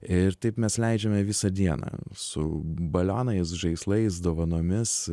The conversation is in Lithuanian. ir taip mes leidžiame visą dieną su balionais žaislais dovanomis